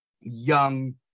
young